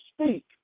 speak